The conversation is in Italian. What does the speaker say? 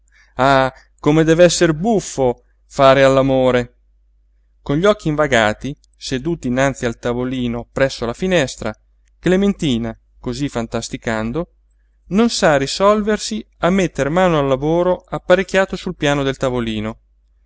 ah come dev'esser buffo fare all'amore con gli occhi invagati seduta innanzi al tavolino presso la finestra clementina cosí fantasticando non sa risolversi a metter mano al lavoro apparecchiato sul piano del tavolino